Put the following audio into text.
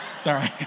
Sorry